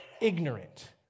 ignorant